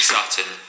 Sutton